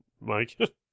Mike